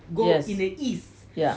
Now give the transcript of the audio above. yes yeah